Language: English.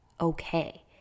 okay